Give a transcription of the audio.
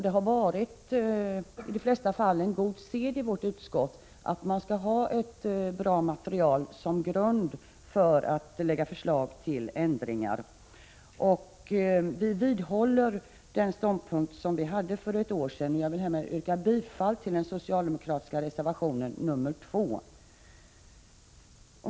Det har i de flesta fall varit en god sed i utskottet att man skall ha ett bra material som en grund för förslag till ändringar. Vi vidhåller den ståndpunkt som vi hade för ett år sedan. Jag yrkar bifall till den socialdemokratiska reservationen 2.